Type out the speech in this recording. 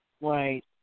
Right